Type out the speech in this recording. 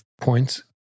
points